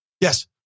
Yes